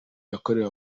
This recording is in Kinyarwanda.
yakorewe